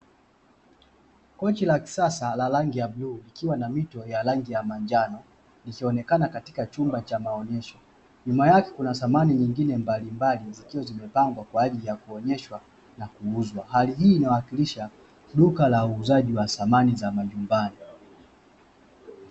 Kochi la kisasa la rangi ya bluu likiwa na mito ya rangi ya manjano ikionekana katika chumba cha maonyesho, nyuma yake kuna samani nyingine mbalimbali zikiwa zimepangwa kwa ajili ya kuonyeshwa na kuuzwa, hali hii inawakilisha duka la uuzaji wa samani za majumbani.